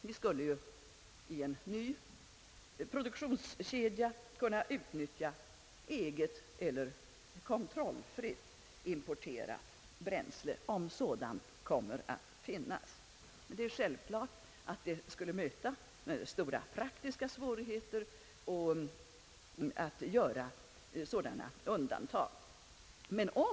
Vi skulle då i en ny produktionskedja kunna utnyttja eget eller kontrollfritt importerat bränsle, om sådant kommer att finnas. Det är dock självklart att det skulle möta stora både praktiska och politiska svårigheter att göra sådana undantag från internationell kontroll.